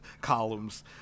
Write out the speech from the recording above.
columns